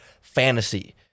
Fantasy